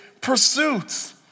pursuits